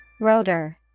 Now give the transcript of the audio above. Rotor